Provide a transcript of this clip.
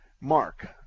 Mark